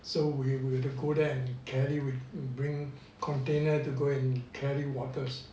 so we will go there and carry with bring container to go and carry waters